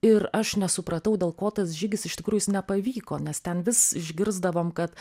ir aš nesupratau dėl ko tas žygis iš tikrųjų jis nepavyko nes ten vis išgirsdavom kad